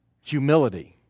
humility